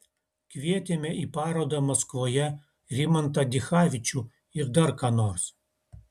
kvietėme į parodą maskvoje rimantą dichavičių ir dar ką nors